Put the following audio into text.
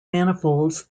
manifolds